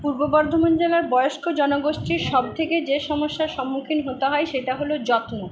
পূর্ব বর্ধমান জেলার বয়স্ক জনগোষ্ঠীর সব থেকে যে সমস্যার সম্মুখীন হতে হয় সেটা হলো যত্ন